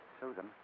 Susan